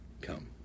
Come